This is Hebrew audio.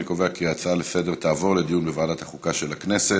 אני קובע כי ההצעה לסדר-היום תעבור לדיון בוועדת החוקה של הכנסת.